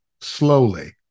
slowly